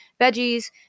veggies